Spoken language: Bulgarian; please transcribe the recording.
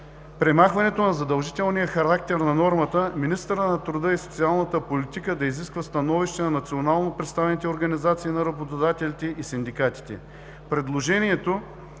премахването на задължителния характер на нормата министърът на труда и социалната политика да изисква становище на национално представените организации на работодателите и синдикатите. Предложеното